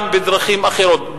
גם בדרכים אחרות,